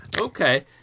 Okay